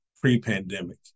pre-pandemic